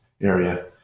area